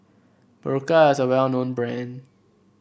Berocca is a well known brand